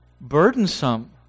burdensome